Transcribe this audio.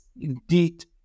indeed